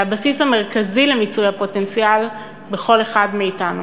זה הבסיס המרכזי למיצוי הפוטנציאל בכל אחד מאתנו.